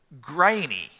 grainy